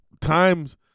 times